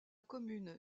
commune